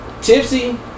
tipsy